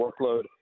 workload